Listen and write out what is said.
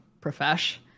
profesh